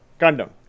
Gundam